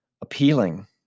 appealing